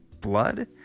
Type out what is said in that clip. blood